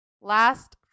last